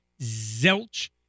zelch